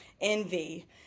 envy